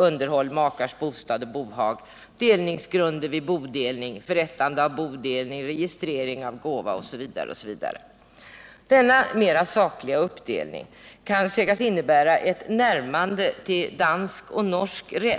Underhåll, Makars bostad och bohag, Delningsgrunden vid bodelning, Förrättande av bodelning, Registrering av gåva, osv. En sådan mer saklig uppdelning kan sägas innebära ett närmande till dansk och norsk lag,